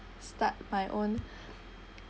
start my own